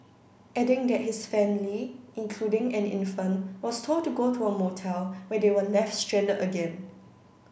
adding that his family including an infant was told to go to a motel where they were left stranded again